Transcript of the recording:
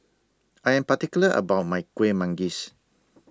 I Am particular about My Kueh Manggis